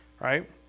Right